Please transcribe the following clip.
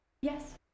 Yes